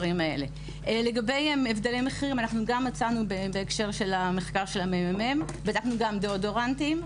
לגבי הבדלי מחירים מצאנו גם בהקשר של המחקר של המ.מ.מ גם דאודורנטים,